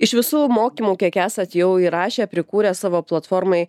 iš visų mokymų kiek esat jau įrašę prikūrę savo platformai